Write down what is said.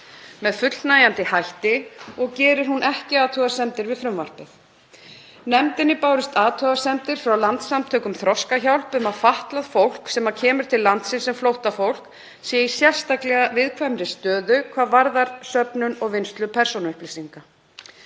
með fullnægjandi hætti og gerir hún ekki athugasemdir við frumvarpið. Nefndinni bárust athugasemdir frá Landssamtökunum Þroskahjálp um að fatlað fólk sem kemur til landsins sem flóttafólk sé í sérstaklega viðkvæmri stöðu hvað varðar söfnun og vinnslu persónuupplýsinga.